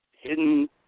hidden